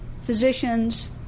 physicians